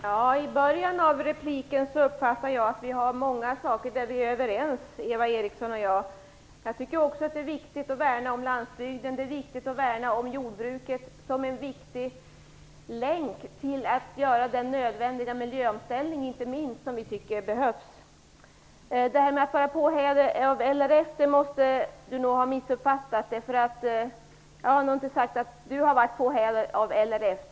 Herr talman! Det som Eva Eriksson sade i början av sin replik visar att vi är överens om många saker. Jag tycker också att det är viktigt att värna om landsbygden och om jordbruket, inte minst som en viktig länk till den nödvändiga miljöomställningen, som vi tycker behövs. Jag har inte sagt att Eva Eriksson varit påhejad av LRF.